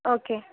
okay